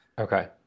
Okay